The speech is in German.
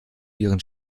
ihren